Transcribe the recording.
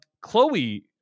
Chloe